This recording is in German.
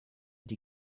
die